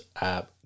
app